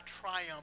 triumph